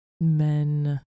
men